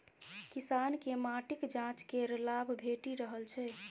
किसानकेँ माटिक जांच केर लाभ भेटि रहल छै